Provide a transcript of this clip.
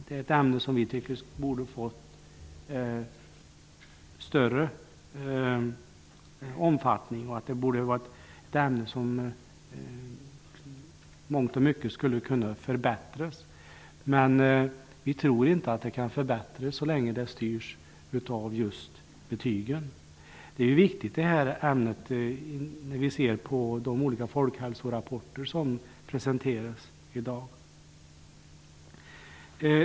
Vi tycker att detta ämne borde få större omfattning och i mångt och mycket skulle kunna förbättras. Men vi tror inte att det kan förbättras så länge det styrs av betygen. Vi kan av de olika folkhälsorapporter som presenteras se att detta ämne är viktigt.